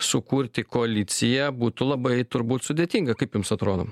sukurti koaliciją būtų labai turbūt sudėtinga kaip jums atrodo